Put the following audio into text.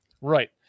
Right